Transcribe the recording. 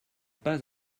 pas